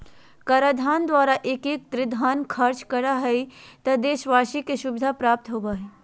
कराधान द्वारा एकत्रित धन खर्च करा हइ त देशवाशी के सुविधा प्राप्त होबा हइ